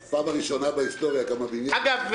אגב,